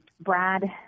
Brad